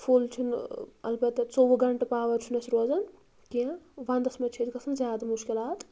full چھُنہٕ البتہ ژوٚوُہ گَنٹہٕ پاوَر چھُنہٕ اَسہِ روزان کیٚنٛہہ ونٛدَس منٛز چھِ اَسہِ گژھان زیادٕ مُشکِلات